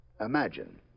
Imagine